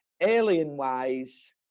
alien-wise